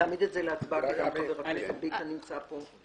תעמיד את זה להצבעה כי גם חבר הכנסת ביטן נמצא פה.